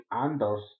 Anders